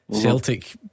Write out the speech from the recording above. Celtic